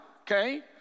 okay